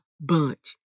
bunch